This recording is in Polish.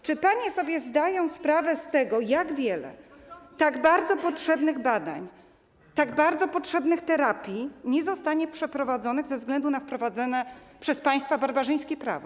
Czy panie sobie zdają sprawę z tego, jak wiele tak bardzo potrzebnych badań, tak bardzo potrzebnych terapii nie zostanie przeprowadzonych ze względu na wprowadzane przez państwa barbarzyńskie prawo?